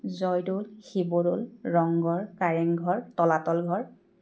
জয়দৌল শিৱদৌল ৰংঘৰ কাৰেংঘৰ তলাতল ঘৰ